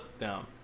down